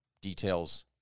details